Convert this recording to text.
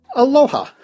Aloha